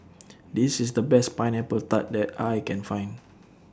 This IS The Best Pineapple Tart that I Can Find